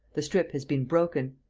the strip has been broken.